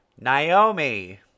Naomi